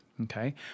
Okay